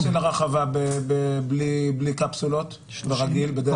מה התפוסה של הרחבה בלי קפסולות, ברגיל, בדרך כלל?